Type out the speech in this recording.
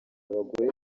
abagore